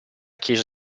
chiesa